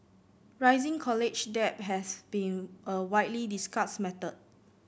rising college debt has been a widely discussed matter